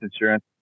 insurance